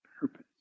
Purpose